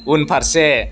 उनफारसे